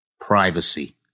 privacy